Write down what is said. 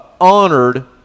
honored